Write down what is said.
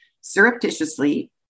surreptitiously